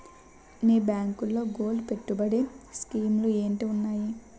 మీ బ్యాంకులో గోల్డ్ పెట్టుబడి స్కీం లు ఏంటి వున్నాయి?